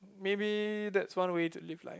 maybe that's one way to live life